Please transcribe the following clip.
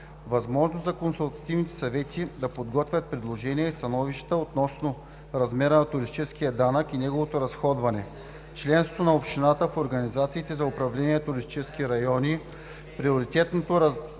възможност за консултативните съвети да подготвят предложения и становища относно размера на туристическия данък и неговото разходване; членството на общината в организациите за управление на туристически райони; приоритетното разделяне